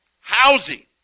Housing